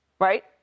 Right